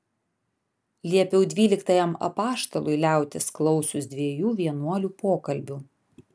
liepiau dvyliktajam apaštalui liautis klausius dviejų vienuolių pokalbių